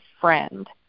friend